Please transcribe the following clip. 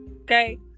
Okay